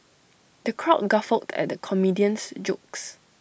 the crowd guffawed at comedian's jokes